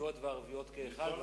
יהודיות וערביות כאחת.